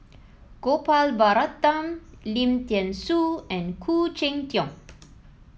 Gopal Baratham Lim Thean Soo and Khoo Cheng Tiong